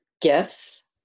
gifts